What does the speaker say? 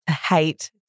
hate